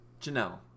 Janelle